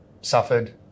suffered